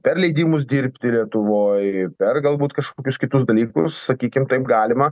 per leidimus dirbti lietuvoj per galbūt kažkokius kitus dalykus sakykim taip galima